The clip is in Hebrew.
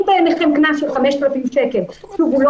אם בעיניכם קנס של 5,000 שקל הוא לא